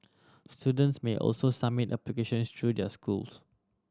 students may also submit application through their schools